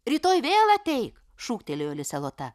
rytoj vėl ateik šūktelėjo lisė lota